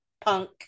punk